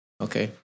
Okay